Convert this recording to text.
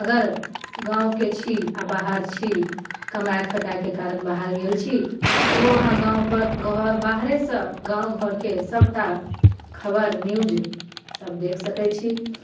अगर गाँवके छी आओर बाहर छी कमाइ खटाइके कारण बाहर गेल छी तऽ ओ अहाँ गाँवपर बऽ बाहरेसँ गाँव घरके सभटा खबरि न्यूज सभ देखि सकै छी